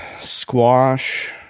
squash